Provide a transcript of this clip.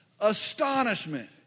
astonishment